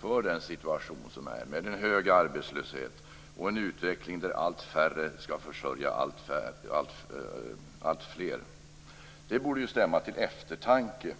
för den situation som råder med en hög arbetslöshet och en utveckling där allt färre skall försörja alltfler. Det borde stämma till eftertanke.